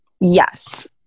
Yes